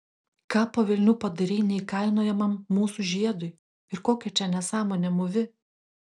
ką po velnių padarei neįkainojamam mūsų žiedui ir kokią čia nesąmonę mūvi